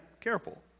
careful